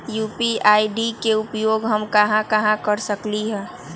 UPI ID के उपयोग हम कहां कहां कर सकली ह?